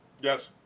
yes